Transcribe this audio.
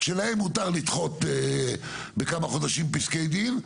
שלהם מותר לדחות בכמה חודשים פסקי דין,